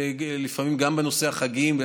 לפעמים גם בנושא החגים.